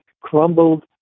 crumbled